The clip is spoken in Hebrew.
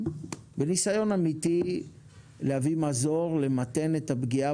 בניסיון אמיתי להביא מזור ולמתן את הפגיעה